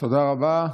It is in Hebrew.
תודה רבה.